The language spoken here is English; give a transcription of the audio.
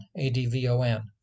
ADVON